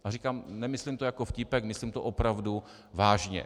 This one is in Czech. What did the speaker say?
A říkám, nemyslím to jako vtípek, myslím to opravdu vážně.